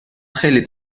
خیلی